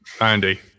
Andy